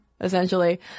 essentially